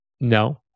No